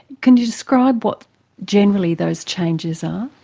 can you describe what generally those changes are?